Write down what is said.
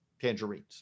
tangerines